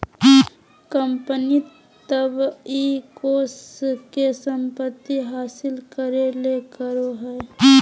company तब इ कोष के संपत्ति हासिल करे ले करो हइ